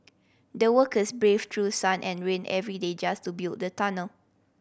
the workers braved through sun and rain every day just to build the tunnel